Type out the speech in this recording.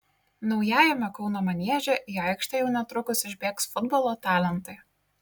naujajame kauno manieže į aikštę jau netrukus išbėgs futbolo talentai